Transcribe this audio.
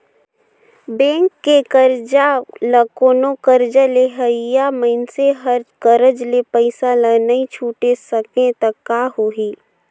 bank के करजा ल कोनो करजा लेहइया मइनसे हर करज ले पइसा ल नइ छुटे सकें त का होही